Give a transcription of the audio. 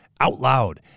OUTLOUD